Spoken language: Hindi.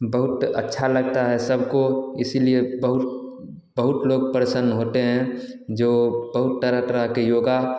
बहुत अच्छा लगता है सबको इसीलिए बहुत बहुत लोग प्रसन्न होते हैं जो बहुत तरह तरह के योगा